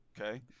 okay